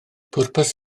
pwrpas